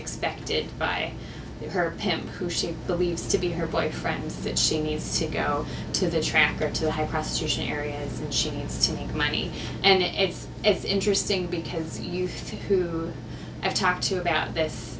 expected by her pimp who she believes to be her boyfriend that she needs to go to the track or to have prostitution areas she needs to make money and it's it's interesting because you feel who i've talked to about this